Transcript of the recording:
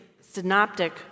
synoptic